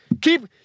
keep